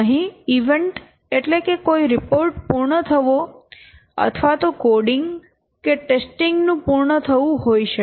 અહીં ઇવેન્ટ એટલે કે કોઈ રીપોર્ટ પૂર્ણ થવો અથવા તો કોડીંગ કે ટેસ્ટીંગ નું પૂર્ણ થવું હોઈ શકે